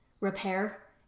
repair